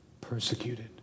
persecuted